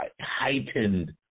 heightened